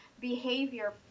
behavior